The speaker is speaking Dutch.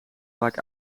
vaak